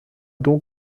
donc